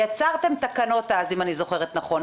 יצרתם אז תקנות, אם אני זוכרת נכון.